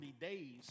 days